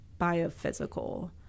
biophysical